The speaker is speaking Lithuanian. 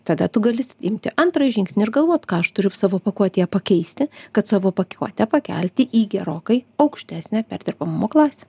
tada tu gali s imti antrą žingsnį ir galvot ką aš turiu savo pakuotėje pakeisti kad savo pakiuotę pakelti į gerokai aukštesnę perdirbamumo klasę